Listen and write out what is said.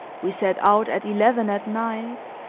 we set out at eleven at night,